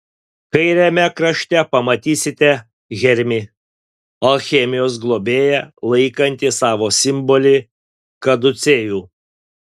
kairiame krašte pamatysite hermį alchemijos globėją laikantį savo simbolį kaducėjų